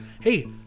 Hey